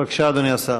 בבקשה, אדוני השר.